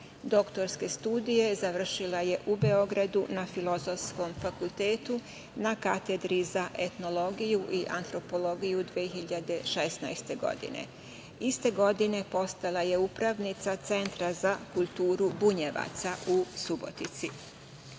Doktorske studije završila je u Beogradu na Filozofskom fakultetu na Katedri za etnologiju i antropologiju 2016. godine. Iste godine postala je upravnica Centra za kulturu Bunjevaca u Subotici.